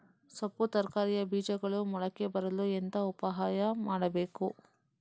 ಸೊಪ್ಪು ತರಕಾರಿಯ ಬೀಜಗಳು ಮೊಳಕೆ ಬರಲು ಎಂತ ಉಪಾಯ ಮಾಡಬೇಕು?